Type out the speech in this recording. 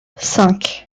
cinq